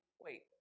wait